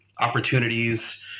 opportunities